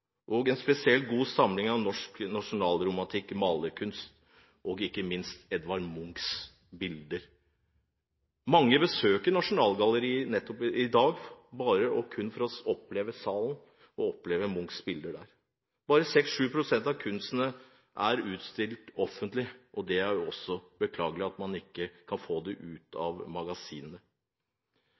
en spesielt god samling av norsk nasjonalromantisk malerkunst og ikke minst Edvard Munchs bilder. Mange besøker nettopp Nasjonalgalleriet i dag bare for å oppleve salen og for å oppleve Munchs bilder. Bare 6–7 pst. av kunsten er utstilt offentlig, og det er også beklagelig at man ikke kan få den ut av magasinene.